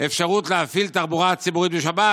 אפשרות להפעיל תחבורה ציבורית בשבת,